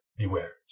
beware